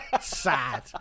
sad